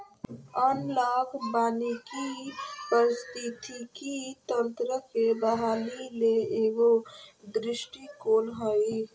analogue वानिकी पारिस्थितिकी तंत्र के बहाली ले एगो दृष्टिकोण हइ